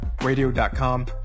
Radio.com